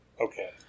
Okay